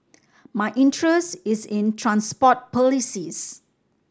my interest is in transport policies